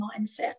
mindset